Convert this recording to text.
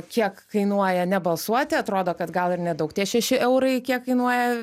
kiek kainuoja nebalsuoti atrodo kad gal ir nedaug tie šeši eurai kiek kainuoja